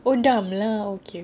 oh dam lah okay okay